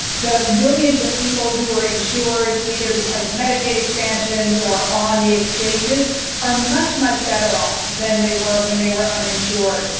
the millions of people who are insured either because of medicaid expansions or on the exchanges are much, much better off than they were when they were uninsured.